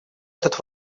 этот